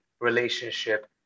relationship